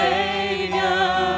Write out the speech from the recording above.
Savior